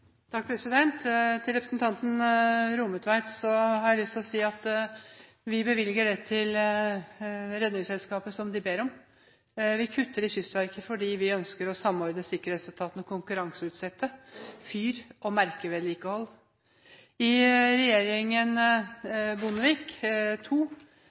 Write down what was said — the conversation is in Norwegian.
Til representanten Rommetveit har jeg lyst til å si at vi bevilger til Redningsselskapet det som de ber om. Vi kutter i Kystverket fordi vi ønsker å samordne sikkerhetsetatene og konkurranseutsette fyr- og merkevedlikehold. I regjeringen